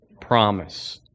promise